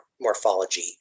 morphology